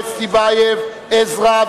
ההסתייגות של מרצ לא התקבלה.